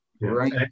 Right